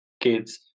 kids